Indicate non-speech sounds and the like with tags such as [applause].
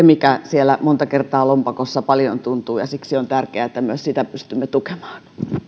[unintelligible] mikä monta kertaa lompakossa paljon tuntuu ja siksi on tärkeää että myös sitä pystymme tukemaan edustaja